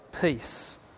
peace